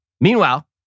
Meanwhile